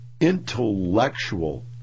intellectual